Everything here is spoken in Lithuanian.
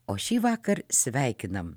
o šįvakar sveikinam